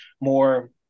more